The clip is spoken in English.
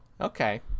okay